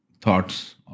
thoughts